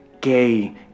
gay